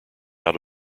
out